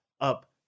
up